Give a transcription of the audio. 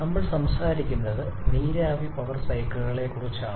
നമ്മൾ സംസാരിക്കുന്നത് നീരാവി പവർ സൈക്കിളുകളെക്കുറിച്ചാണ്